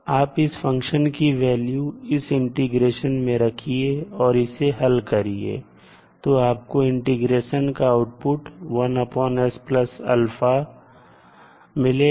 आप इस फंक्शन की वैल्यू इस इंटीग्रेशन में रखिए और इसे हल करिए तो आपको इंटीग्रेशन का आउटपुट मिलेगा